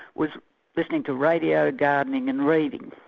was listening to radio, gardening and reading.